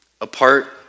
Apart